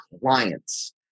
clients